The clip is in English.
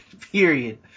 Period